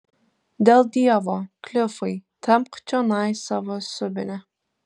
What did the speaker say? dėl dievo klifai tempk čionai savo subinę